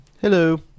hello